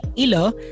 Ilo